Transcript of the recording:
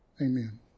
Amen